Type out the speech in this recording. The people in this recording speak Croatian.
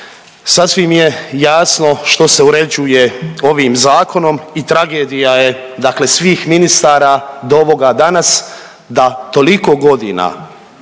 sasvim je jasno što se uređuje ovim Zakonom i tragedija je dakle svih ministara do ovoga danas da toliko godina